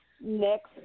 Next